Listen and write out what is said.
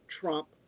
Trump